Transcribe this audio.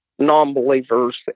non-believers